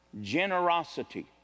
Generosity